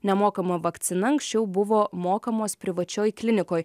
nemokama vakcina anksčiau buvo mokamos privačioj klinikoj